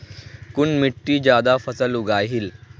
कुन मिट्टी ज्यादा फसल उगहिल?